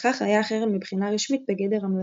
וכך היה החרם מבחינה רשמית בגדר המלצה.